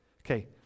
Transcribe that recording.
Okay